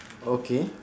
okay